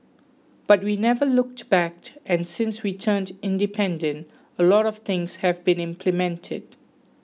but we never looked back and since we turned independent a lot of things have been implemented